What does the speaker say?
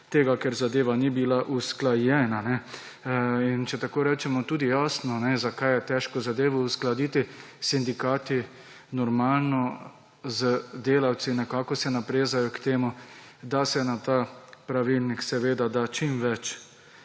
tega, ker zadeva ni bila usklajena. In če tako rečemo, je tudi jasno, zakaj je težko zadevo uskladiti s sindikati, z delavci. Normalno, nekako se naprezajo k temu, da se v ta pravilnik da čim več